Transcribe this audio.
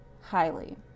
highly